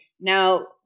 now